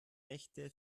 nächte